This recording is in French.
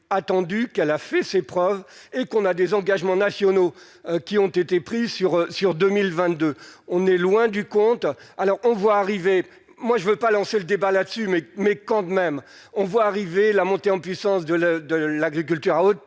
attendu qu'elle a fait ses preuves et qu'on a des engagements nationaux qui ont été prises sur sur 2022, on est loin du compte, alors on voit arriver, moi je ne veux pas lancer le débat là-dessus, mais, mais quand même, on voit arriver la montée en puissance de l'de l'agriculture à haute